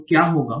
तो क्या होगा